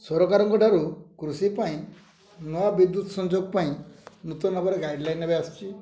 ସରକାରଙ୍କ ଠାରୁ କୃଷି ପାଇଁ ନୂଆ ବିଦ୍ୟୁତ ସଂଯୋଗ ପାଇଁ ନୂତନ ଭାବରେ ଗାଇଡ଼୍ ଲାଇନ୍ ଏବେ ଆସିଛି